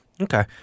Okay